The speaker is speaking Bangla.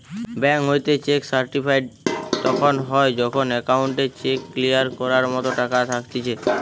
বেঙ্ক হইতে চেক সার্টিফাইড তখন হয় যখন অ্যাকাউন্টে চেক ক্লিয়ার করার মতো টাকা থাকতিছে